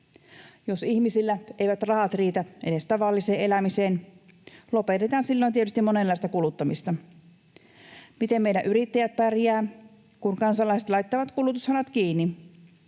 Jos ihmisillä eivät rahat riitä edes tavalliseen elämiseen, lopetetaan silloin tietysti monenlaista kuluttamista. Miten meidän yrittäjämme pärjäävät, kun kansalaiset laittavat kulutushanat kiinni?